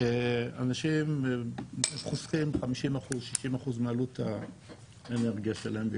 אנשים חוסכים 50-60 אחוז מעלות האנרגיה שלהם,